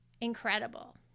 incredible